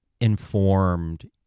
informed